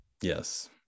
yes